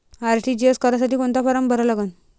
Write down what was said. RTGS करासाठी कोंता form भरा लागन?